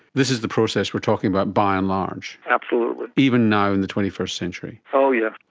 this is the process we are talking about, by and large. absolutely. even now in the twenty first century. oh yes.